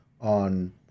on